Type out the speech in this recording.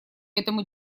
этому